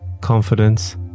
confidence